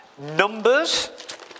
Numbers